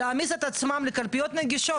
להעמיס את עצמם לקלפיות נגישות,